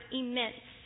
immense